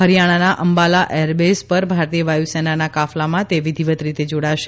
હરિયાણાના Ambala air base પર ભારતીય વાયુ સેનાના કાફલામાં તે વિધિવત રીતે જોડાશે